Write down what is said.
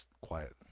quiet